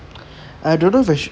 I don't know if I should